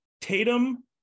Tatum